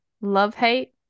love-hate